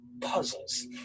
Puzzles